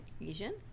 Asian